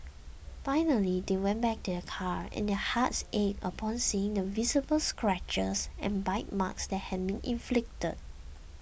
finally they went back to their car and their hearts ached upon seeing the visible scratches and bite marks that had been inflicted